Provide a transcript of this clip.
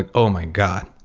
ah oh my god!